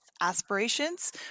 aspirations